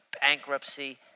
bankruptcy